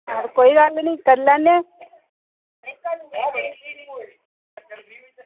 कोई गल्ल निं करी लैने आं